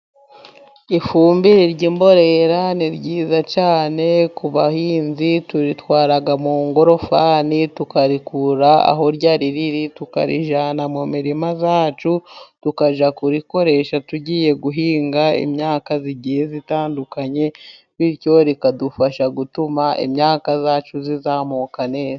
Ifumbire y'imborera ni nziza cyane ku bahinzi, tuyitwara mu ngorofani tukayikura aho yari iri, tukayijyanna mu mirima yacu, tukajya kuyikoresha tugiye guhinga imyaka igiye zitandukanye, bityo ikadufasha gutuma imyaka yacu izamuka neza.